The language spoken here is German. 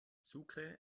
sucre